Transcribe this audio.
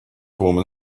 woman